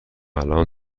الان